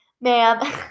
ma'am